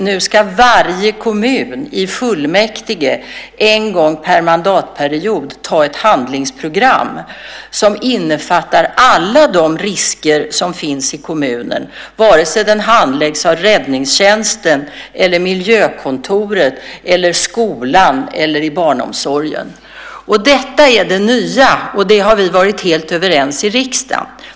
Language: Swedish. Nu ska varje kommun i fullmäktige en gång per mandatperiod ta ett handlingsprogram som innefattar alla de risker som finns i kommunen, vare sig den handläggs av räddningstjänsten, miljökontoret, skolan eller barnomsorgen. Detta är det nya, och det har vi varit helt överens om i riksdagen.